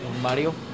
Mario